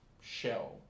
shell